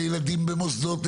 לילדים במוסדות,